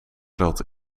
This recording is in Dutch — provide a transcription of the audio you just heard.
dat